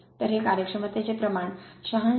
तर हे कार्यक्षमतेचे प्रमाण 86